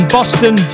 Boston